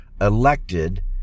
elected